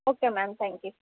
okay ma'am thank you